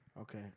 Okay